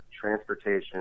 transportation